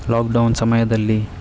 lockdown ಸಮಯದಲ್ಲಿ